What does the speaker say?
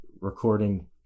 recording